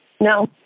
No